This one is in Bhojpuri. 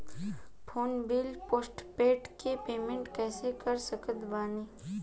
फोन बिल पोस्टपेड के पेमेंट कैसे कर सकत बानी?